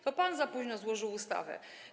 To pan za późno złożył ustawę.